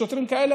שוטרים כאלה,